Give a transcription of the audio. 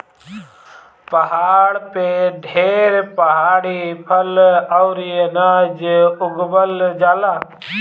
पहाड़ पे ढेर पहाड़ी फल अउरी अनाज उगावल जाला